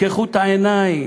תפתחו את העיניים,